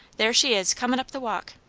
there she is comin' up the walk.